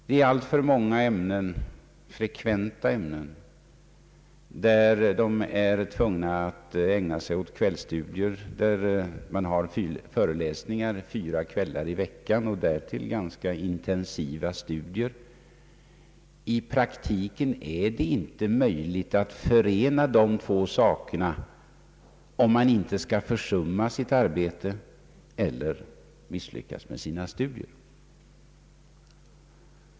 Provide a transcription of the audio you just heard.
Det finns alltför många frekventa ämnen som de måste studera på kvällarna. Man har föreläsningar fyra kvällar i veckan, och därtill ganska intensiva studier. I praktiken är det inte möjligt att förena dessa två saker, om man inte skall försumma sitt arbete eller misslyckas med sina studier.